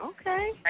Okay